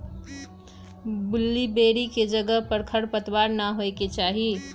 blueberry के जगह पर खरपतवार न होए के चाहि